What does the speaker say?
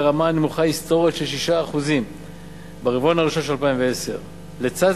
לרמה הנמוכה היסטורית של 6% ברבעון הראשון של 2010. לצד